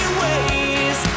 ways